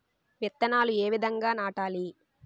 విత్తనాలు ఏ విధంగా నాటాలి?